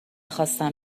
خواستم